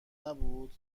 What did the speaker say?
نبود